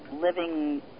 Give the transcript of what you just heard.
living